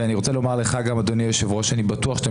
ואני רוצה לומר לך אדוני היושב-ראש אני בטוח שאתה